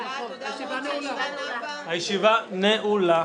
הישיבה נעולה.